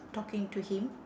talking to him